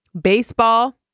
baseball